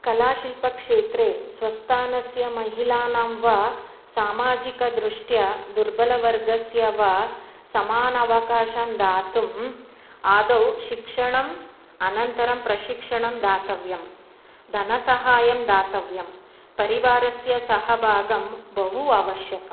कलाशिल्पक्षेत्रे स्वस्थानस्य महिलानां वा सामाजिकदृष्ट्या दुर्बलवर्गस्य वा समानावकाशं दातुम् आदौ शिक्षणम् अनन्तरं प्रशिक्षणं दातव्यं धनसहायं दातव्यं परिवारस्य सहभागं बहु आवश्यकम्